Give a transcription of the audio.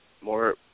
more